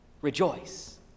Rejoice